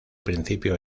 principio